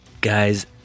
Guys